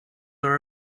are